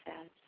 says